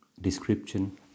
description